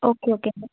okay okay ਮੈਂ